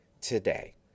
today